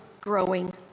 growing